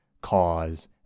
cause